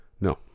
No